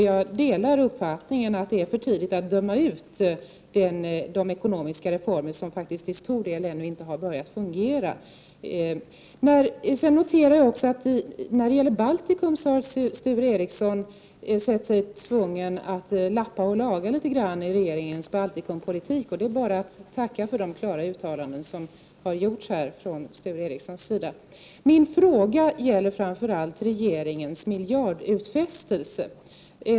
Jag delar uppfattningarna att det är för tidigt att döma ut de ekonomiska reformer som faktiskt till stor del ännu inte har börjat fungera. Jag noterar att när det gäller Baltikum har Sture Ericson ansett sig tvungen att lappa och laga litet i regeringens Baltikumpolitik. Det är bara att tacka för de klara uttalanden som Sture Ericson här har gjort. Min fråga gäller framför allt regeringens miljardutfästelse.